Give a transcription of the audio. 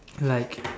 like